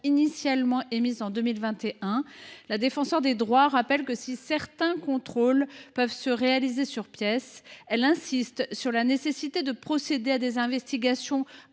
initialement émises en 2021, la Défenseure des droits admet que « certains contrôles peuvent se réaliser sur pièces », mais elle insiste « sur la nécessité de procéder à des investigations